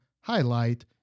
Highlight